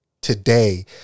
today